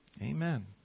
amen